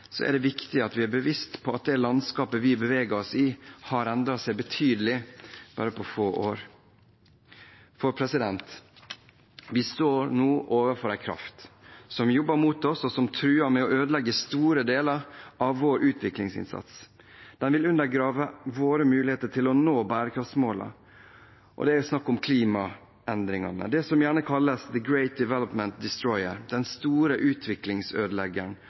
er det viktig at vi er bevisste på at det landskapet vi beveger oss i, har endret seg betydelig bare på få år. Vi står nå overfor en kraft som jobber mot oss, og som truer med å ødelegge store deler av vår utviklingsinnsats. Den vil undergrave våre muligheter til å nå bærekraftsmålene. Det er snakk om klimaendringene – det som gjerne kalles «the great development destroyer», den store utviklingsødeleggeren,